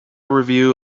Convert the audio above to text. review